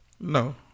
No